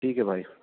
ٹھیک ہے بھائی